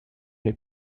est